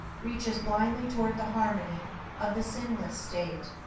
reaches blindly toward the harmony of the sinless state,